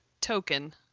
token